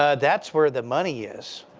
ah that's where the money is.